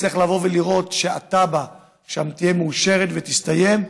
וצריך לבוא ולראות שהתב"ע שם תהיה מאושרת ותסתיים.